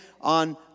on